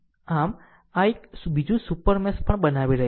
આમ આ એક બીજું સુપર મેશ પણ બનાવી રહ્યું છે